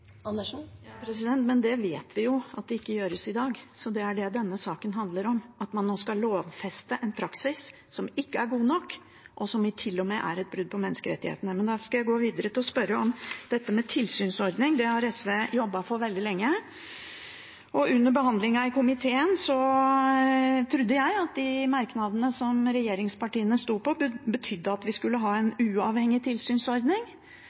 Men vi vet jo at det ikke gjøres i dag. Det er det denne saken handler om, at man nå skal lovfeste en praksis som ikke er god nok, og som til og med er et brudd på menneskerettighetene. Da skal jeg gå videre og spørre om dette med tilsynsordning. Det har SV jobbet for veldig lenge. Under behandlingen i komiteen trodde jeg at de merknadene regjeringspartiene sto inne i, betød at vi skulle ha en uavhengig tilsynsordning.